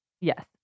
Yes